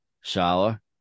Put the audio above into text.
shower